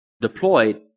deployed